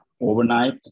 overnight